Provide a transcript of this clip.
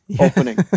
opening